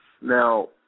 Now